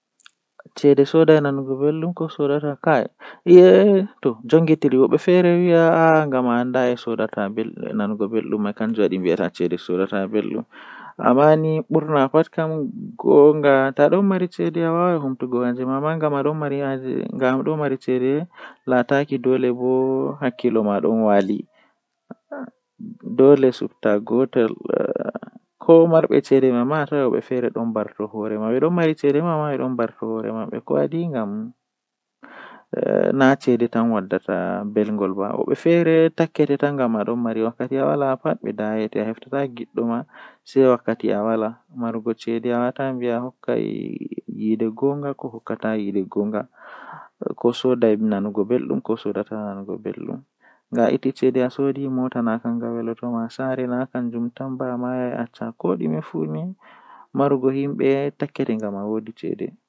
Taalel taalel jannata booyel, Himbe don mana mo dow o wawi kuugal bookaaku masin odon siira himbe nyende goo odon joodi odon siira o andaa sei o fecciti kosde maako bee siri maako man oo kosde maako wurti o dari odon wooka egaa nyende man o meetai sirugo goddo koomojo.